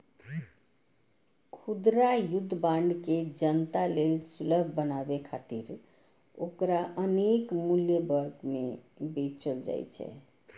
खुदरा युद्ध बांड के जनता लेल सुलभ बनाबै खातिर ओकरा अनेक मूल्य वर्ग मे बेचल जाइ छै